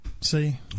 see